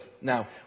Now